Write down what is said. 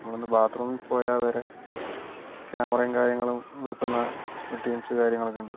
നമ്മളൊന്ന് ബാത്റൂമിൽ പോയാൽ വരെ ക്യാമറയും കാര്യങ്ങളും വെക്കുന്ന ടീമ്സ് കാര്യങ്ങളൊക്കെ ഉണ്ട്